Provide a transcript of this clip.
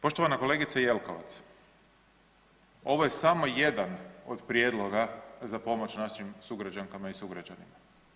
Poštovana kolegice Jelkovac, ovo je samo jedan od prijedloga za pomoć našim sugrađankama i sugrađanima.